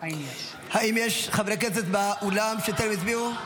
האם יש חברי כנסת באולם שטרם הצביעו?